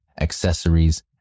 accessories